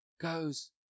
goes